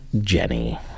Jenny